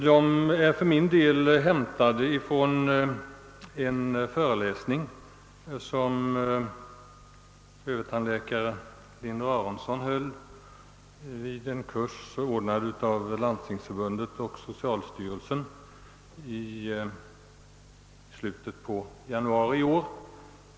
De av mig uppgivna siffrorna är hämtade från en föreläsning av Övertandläkare Sten Linder-Aronson vid en kurs anordnad av Landstingsförbundet och socialstyrelsen i slutet av januari i år.